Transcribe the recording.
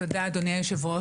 תודה אדוני היושב-ראש.